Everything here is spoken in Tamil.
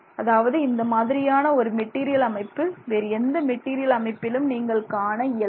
அதாவது இந்த மாதிரியான ஒரு மெட்டீரியல் அமைப்பு வேறு எந்த மெட்டீரியல் அமைப்பிலும் நீங்கள் காண இயலாது